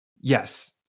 Yes